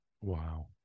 Wow